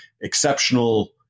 exceptional